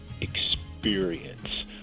experience